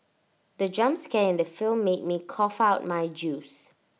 the jump scare in the film made me cough out my juice